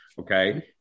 okay